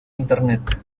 internet